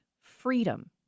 freedom